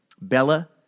Bella